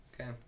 Okay